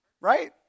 Right